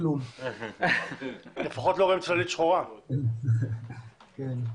בעצם השימוש החורג שלהם מסתיים.